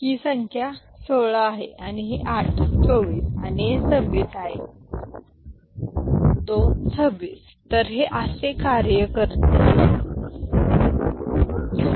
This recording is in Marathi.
ही संख्या 16 आहे हे 8 24 आहे आणि हे 26 आहे ते कार्य करते आपण हे पाहू शकतो